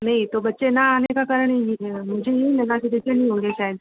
नहीं तो बच्चे ना आने का कारण मुझे यही लगा कि टीचर नहीं होंगे शायद